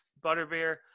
butterbeer